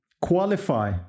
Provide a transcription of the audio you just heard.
qualify